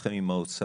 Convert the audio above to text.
שלכם עם האוצר